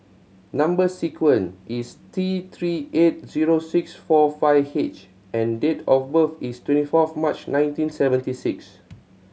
number sequence is T Three two eight zero six four five H and date of birth is twenty fourth March nineteen seventy six